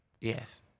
Yes